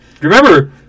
Remember